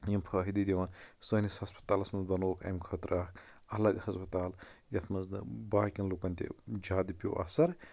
یِم فٲیدٕ دِوان سٲنِس ہسپتالَس منٛز بَنووُکھ اَمہِ خٲطرٕ اکھ الگ ہسپتال یَتھ منٛز نہ باقین لُکن تہِ زیادٕ پیو اَثر